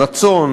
רצון,